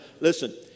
listen